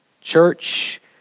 Church